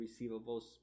receivables